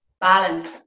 balance